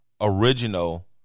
original